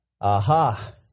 aha